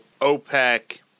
OPEC